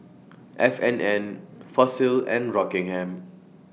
F and N Fossil and Rockingham